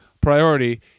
priority